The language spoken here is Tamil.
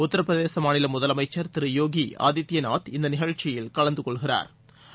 உத்தரபிரதேச மாநில முதலமைச்சர் திரு யோகி ஆதித்யநாத் இந்த நிகழ்ச்சியில் கலந்து கொள்கிறாா்